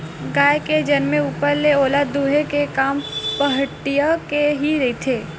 गाय के जनमे ऊपर ले ओला दूहे के काम पहाटिया के ही रहिथे